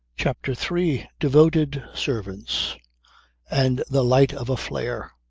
chapter three devoted servants and the light of a flare